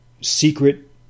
secret